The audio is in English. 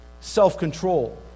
self-control